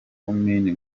komini